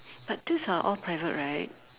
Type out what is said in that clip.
but these are all private right